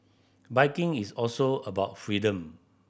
biking is also about freedom